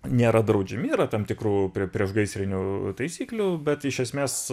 nėra draudžiami yra tam tikrų prie priešgaisrinių taisyklių bet iš esmės